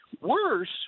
Worse